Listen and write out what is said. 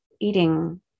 eating